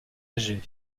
âgé